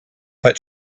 but